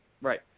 Right